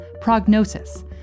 Prognosis